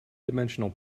dimensional